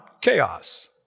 chaos